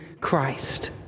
Christ